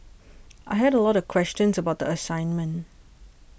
I had a lot of questions about the assignment